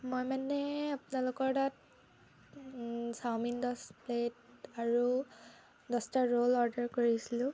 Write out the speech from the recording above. মই মানে আপোনালোকৰ তাত চাওমিন দহ প্লেট আৰু দহটা ৰ'ল অৰ্ডাৰ কৰিছিলোঁ